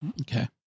Okay